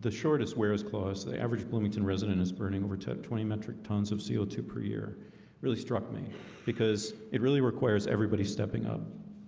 the shortest where is klaus the average bloomington resident is burning over twenty metric tons of c o two per year really struck me because it really requires everybody stepping up